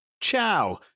Ciao